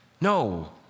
No